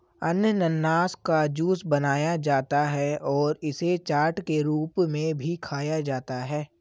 अनन्नास का जूस बनाया जाता है और इसे चाट के रूप में भी खाया जाता है